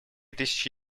тысячи